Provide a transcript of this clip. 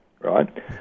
right